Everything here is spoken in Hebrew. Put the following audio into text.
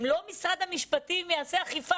אם לא משרד המשפטים יאכוף,